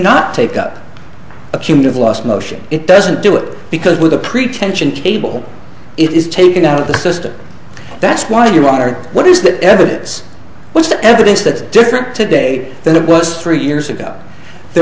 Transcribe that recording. not take up a committee of last motion it doesn't do it because with a pretension cable it is taken out of the system that's why you are what is that evidence what's the evidence that different today than it was three years ago there